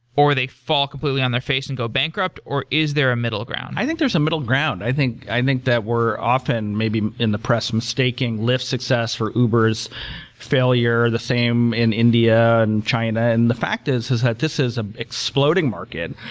or they fall completely on their face and go bankrupt, or is there a middle ground? i think there's a middle ground. i think i think that we're often maybe in the press mistaking lyft's success for uber s failure, the same in india and china. and the fact is, is that this is an ah exploding market.